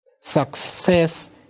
Success